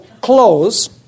close